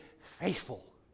faithful